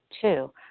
Two